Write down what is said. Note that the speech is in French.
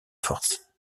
force